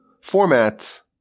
format